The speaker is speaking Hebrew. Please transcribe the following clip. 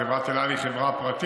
אומנם חברת אל על היא חברה פרטית,